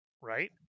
right